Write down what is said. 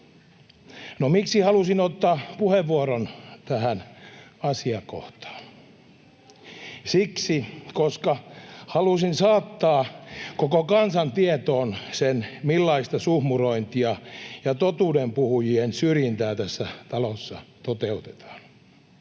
No, miksi halusin ottaa puheenvuoron tähän asiakohtaan? Siksi, että halusin saattaa koko kansan tietoon sen, millaista suhmurointia ja totuudenpuhujien syrjintää tässä talossa toteutetaan.